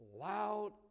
loud